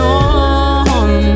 on